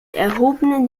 erhobenen